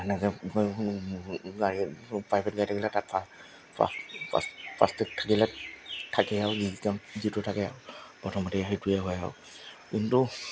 এনেকৈ গাড়ী প্ৰাইভেট গাড়ী থাকিলে তাত ফাৰ্ষ্ট এইড থাকিলে থাকেই আৰু যিকন যিটো থাকে প্ৰথমতেই সেইটোৱে হয় আৰু কিন্তু